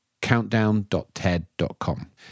countdown.ted.com